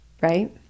right